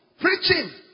preaching